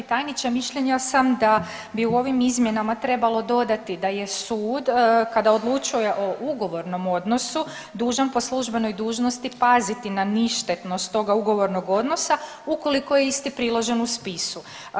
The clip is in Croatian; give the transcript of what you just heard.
Poštovani državni tajniče mišljenja sam da bi u ovim izmjenama trebalo dodati da je sud kad odlučuje o ugovornom odnosu dužan po službenoj dužnosti paziti na ništetnost toga ugovornog odnosa ukoliko je isti priložen u spisu.